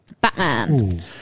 Batman